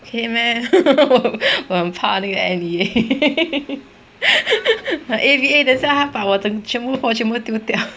可以 meh 我很怕那个 N_E_A 和 A_V_A 等一下他把我整全部货全部丢掉